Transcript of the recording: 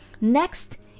Next